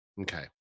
Okay